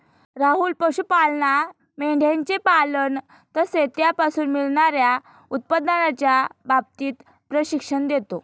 राहुल पशुपालांना मेंढयांचे पालन तसेच त्यापासून मिळणार्या उत्पन्नाच्या बाबतीत प्रशिक्षण देतो